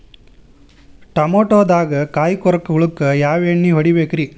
ಟಮಾಟೊದಾಗ ಕಾಯಿಕೊರಕ ಹುಳಕ್ಕ ಯಾವ ಎಣ್ಣಿ ಹೊಡಿಬೇಕ್ರೇ?